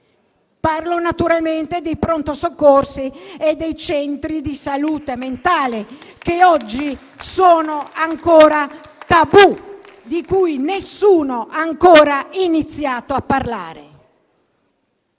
Parlo naturalmente dei Pronto soccorso e dei centri di salute mentale, che oggi sono ancora un tabù di cui nessuno ha iniziato a parlare.